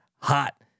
hot